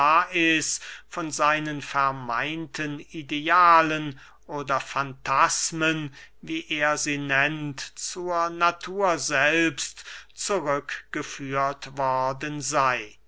lais von seinen vermeinten idealen oder fantasmen wie er sie nennt zur natur selbst zurückgeführt worden sey